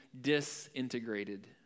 disintegrated